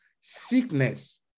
sickness